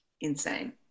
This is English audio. insane